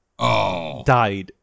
Died